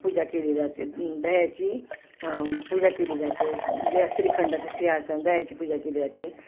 पूजा केली जाते दह्याची पूजा केली जाते द श्रिखंडाच सिंहासन दह्याची पूजा केली जाते